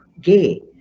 gay